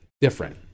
different